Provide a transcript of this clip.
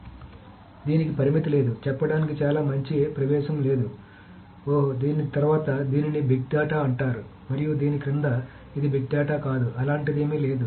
కాబట్టి దీనికి పరిమితి లేదు చెప్పడానికి చాలా మంచి ప్రవేశం లేదు ఓహ్ దీని తర్వాత దీనిని బిగ్ డేటా అంటారు మరియు దీని క్రింద ఇది బిగ్ డేటా కాదు అలాంటిదేమీ లేదు